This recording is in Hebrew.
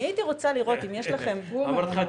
אני הייתי רוצה לראות אם יש לכם --- אמרתי לך,